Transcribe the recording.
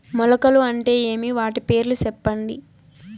మొలకలు అంటే ఏమి? వాటి పేర్లు సెప్పండి?